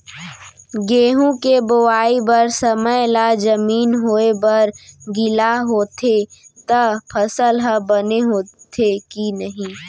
गेहूँ के बोआई बर समय ला जमीन होये बर गिला होथे त फसल ह बने होथे की नही?